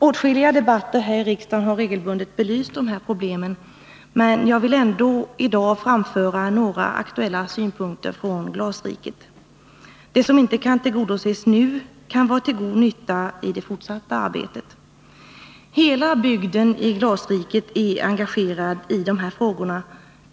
Åtskilliga debatter här i riksdagen har belyst de här problemen, men jag vill i dag trots detta framlägga några aktuella synpunkter från ”glasriket”. Det som inte kan tillgodoses nu kan vara till god nytta i det fortsatta arbetet. Hela glasriksbygden är engagerad i de här frågorna.